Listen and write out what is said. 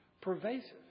pervasive